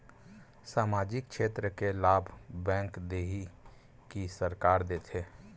सामाजिक क्षेत्र के लाभ बैंक देही कि सरकार देथे?